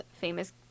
famous